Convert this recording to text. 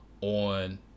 on